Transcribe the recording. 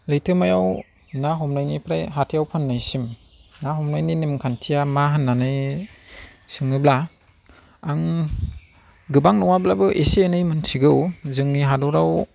लैथोमायाव ना हमनायनिफ्राय हाथायाव फाननायसिम ना हमनायनि नेम खान्थिया मा होननानै सोङोब्ला आं गोबां नङाब्लाबो एसे एनै मिन्थिगौ जोंनि हादोराव